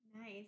Nice